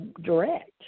Direct